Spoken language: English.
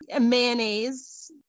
mayonnaise